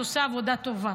את עושה עבודה טובה,